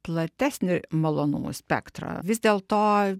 platesnį malonumų spektrą vis dėlto